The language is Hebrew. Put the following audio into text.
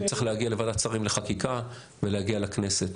הוא צריך להגיע לוועדת שרים לחקיקה ולהגיע לכנסת.